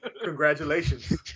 congratulations